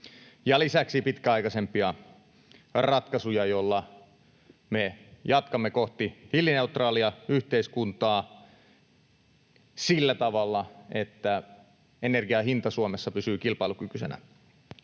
lisäksi pitkäaikaisempia ratkaisuja, joilla me jatkamme kohti hiilineutraalia yhteiskuntaa sillä tavalla, että energian hinta Suomessa pysyy kilpailukykyisenä.